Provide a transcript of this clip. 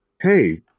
Hey